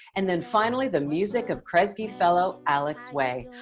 and then finally, the music of kresge fellow, alex way.